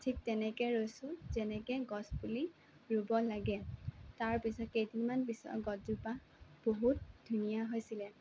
ঠিক তেনেকৈ ৰুইছোঁ যেনেকে গছ পুলি ৰুব লাগে তাৰ পিছত কেইদিনমান পিছত গছজোপা বহুত ধুনীয়া হৈছিলে